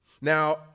Now